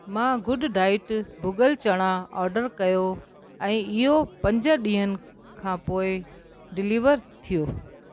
मां good diet भुगल चणा ऑडर कयो ऐं इहो पंज ॾींहनि खां पोइ डिलीवर थियो